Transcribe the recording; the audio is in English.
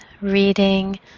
reading